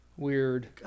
Weird